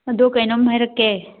ꯑꯗꯨ ꯀꯩꯅꯣꯝ ꯍꯥꯏꯔꯛꯀꯦ